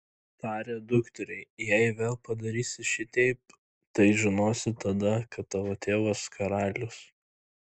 tarė dukteriai jei vėl padarysi šiteip tai žinosi tada kad tavo tėvas karalius